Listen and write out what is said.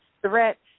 threats